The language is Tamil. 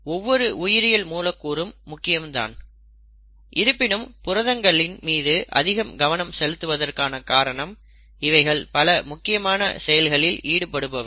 ஒவ்வொரு உயிரியல் மூலக்கூறும் முக்கியம் தான் இருப்பினும் புரதங்களின் மீது அதிக கவனம் செலுத்துவதற்கான காரணம் இவைகள் பல முக்கியமான செயல்களில் ஈடுபடுபவை